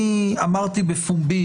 אני אמרתי בפומבי,